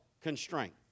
constraint